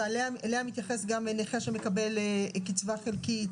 ואליה מתייחס גם נכה שמקבל קצבה חלקית,